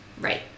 Right